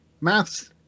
Maths